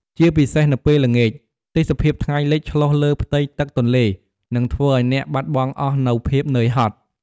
ជាពិសេសនៅពេលល្ងាច ទេសភាពថ្ងៃលិចឆ្លុះលើផ្ទៃទឹកទន្លេនឹងធ្វើឲ្យអ្នកបាត់បង់អស់នូវភាពនឿយហត់។